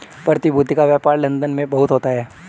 प्रतिभूति का व्यापार लन्दन में बहुत होता है